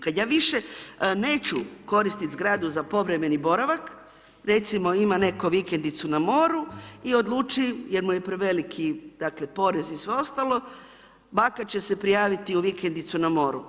Kad ja više neću koristiti zgradu za povremeni boravak recimo ima netko vikendicu na moru i odluči, jer mu je preveliki, dakle porez i sve ostalo. … će se prijaviti u vikendicu na moru.